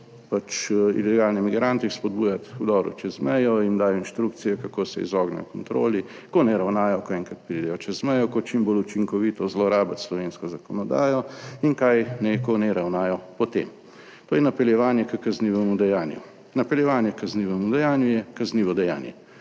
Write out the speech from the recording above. ilegalne migrante jih spodbujati k vdoru čez mejo, jim dajo inštrukcije, kako se izognejo kontroli, kako naj ravnajo, ko enkrat pridejo čez mejo, ko čim bolj učinkovito zlorabiti slovensko zakonodajo in kaj naj ko naj ravnajo po tem. To je napeljevanje k kaznivemu dejanju. Napeljevanje h kaznivemu dejanju je kaznivo dejanje.